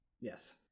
Yes